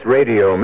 Radio